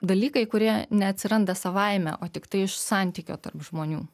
dalykai kurie neatsiranda savaime o tiktai iš santykio tarp žmonių